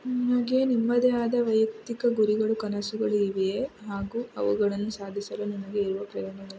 ನಿಮಗೆ ನಿಮ್ಮದೇ ಆದ ವೈಯಕ್ತಿಕ ಗುರಿಗಳು ಕನಸುಗಳು ಇವೆಯೇ ಹಾಗೂ ಅವುಗಳನ್ನು ಸಾಧಿಸಲು ನಿಮಗೆ ಇರುವ ಪ್ರೇರಣೆಗಳೇನು